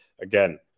again